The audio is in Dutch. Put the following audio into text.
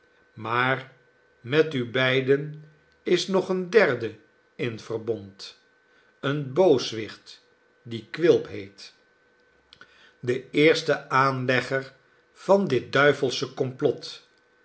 maar met u beiden is nog een derde in verbond een booswicht die quilp heet de eerste aanlegger van dit duivelsche complot